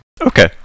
Okay